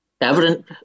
evident